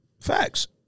Facts